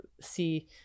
see